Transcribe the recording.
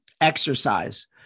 exercise